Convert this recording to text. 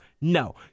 no